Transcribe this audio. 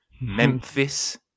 Memphis